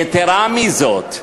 יתרה מזו,